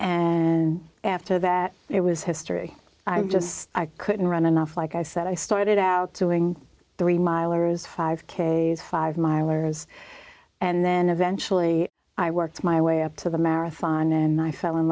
and after that it was history i just couldn't run enough like i said i started out doing three milers five ks five milers and then eventually i worked my way up to the marathon and i fell in